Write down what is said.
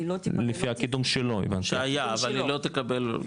אבל היא לא תקבל חדש.